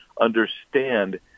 understand